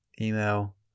email